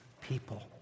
people